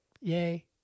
Yay